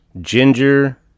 Ginger